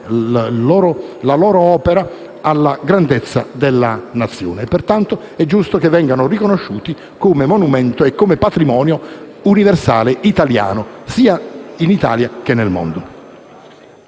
la loro opera alla grandezza della Nazione. Pertanto è giusto che vengano riconosciuti come monumento e come patrimonio universale italiano, sia in Italia che nel mondo.